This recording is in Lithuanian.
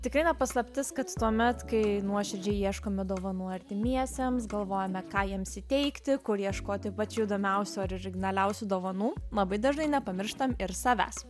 tikrai ne paslaptis kad tuomet kai nuoširdžiai ieškome dovanų artimiesiems galvojame ką jiems įteikti kur ieškoti pačių įdomiausių ar originaliausių dovanų labai dažnai nepamirštam ir savęs